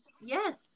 Yes